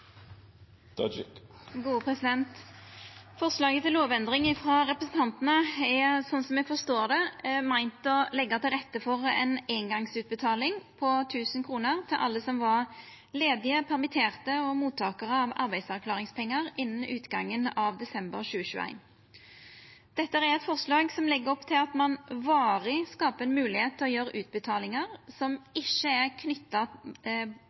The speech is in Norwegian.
sånn som eg forstår det, meint å leggja til rette for ei eingongsutbetaling på 1 000 kr til alle som var ledige, permitterte eller mottakarar av arbeidsavklaringspengar ved utgangen av desember 2021. Dette er eit forslag som legg opp til at ein varig skapar ei moglegheit til å gjera utbetalingar som ikkje er